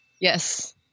Yes